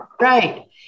Right